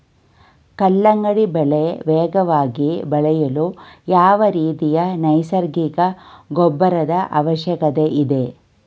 ಕಲ್ಲಂಗಡಿ ಬೆಳೆ ವೇಗವಾಗಿ ಬೆಳೆಯಲು ಯಾವ ರೀತಿಯ ನೈಸರ್ಗಿಕ ಗೊಬ್ಬರದ ಅವಶ್ಯಕತೆ ಇದೆ?